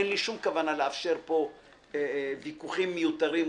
אין לי שום כוונה לאפשר פה ויכוחים מיותרים.